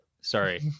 Sorry